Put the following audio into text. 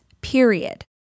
period